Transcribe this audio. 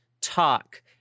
talk